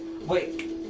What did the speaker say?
Wait